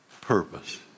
purpose